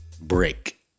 break